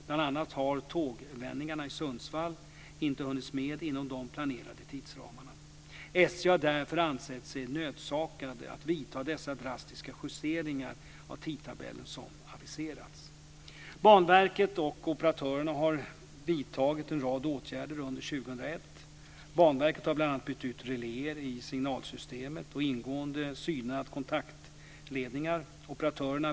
Bl.a. har tågvändningarna i Sundsvall inte hunnits med inom de planerade tidsramarna. SJ har därför ansett sig nödsakat att vidta de drastiska justeringar av tidtabellen som aviserats. Banverket och operatörerna har vidtagit en rad åtgärder under 2001. Banverket har bl.a. bytt ut reläer i signalsystemet och ingående synat kontaktledningar.